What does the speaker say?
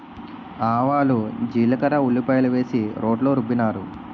ఆవాలు జీలకర్ర ఉల్లిపాయలు వేసి రోట్లో రుబ్బినారు